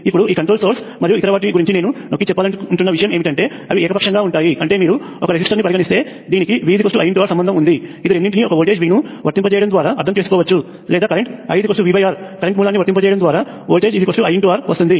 ఇప్పుడు ఈ controlled source మరియు ఇతర వాటి గురించి నేను నొక్కిచెప్పాలనుకుంటున్న ఒక విషయం ఏమిటంటే అవి ఏకపక్షంగా ఉంటాయి అంటే మీరు ఒక రెసిస్టర్ ని పరిగణిస్తే దీనికి ఈ V IR సంబంధం ఉంది ఇది రెండింటినీ ఒక వోల్టేజ్ V ను వర్తింపజేయడం ద్వారా అర్థం చేసుకోవచ్చు లేదా current I V R current మూలాన్ని వర్తింపజేయడం ద్వారా వోల్టేజ్ I R వస్తుంది